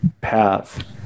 path